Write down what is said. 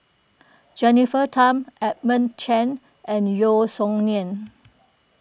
Jennifer Tham Edmund Chen and Yeo Song Nian